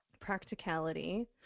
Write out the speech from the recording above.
practicality